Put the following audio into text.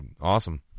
awesome